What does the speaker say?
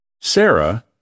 Sarah